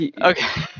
okay